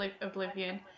Oblivion